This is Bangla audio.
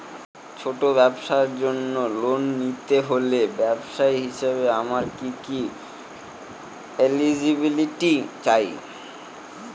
ছোট ব্যবসার জন্য লোন নিতে হলে ব্যবসায়ী হিসেবে আমার কি কি এলিজিবিলিটি চাই?